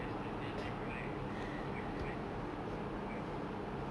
ya sia they they will like be more inclined to like confirmed buy [one]